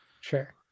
sure